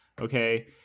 okay